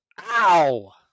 Ow